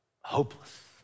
hopeless